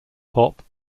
pop